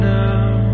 now